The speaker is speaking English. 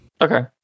Okay